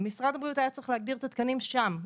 משרד הבריאות היה צריך להגדיר את התקנים שם: